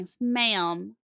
ma'am